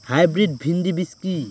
Hybrid bhindi বীজ কি?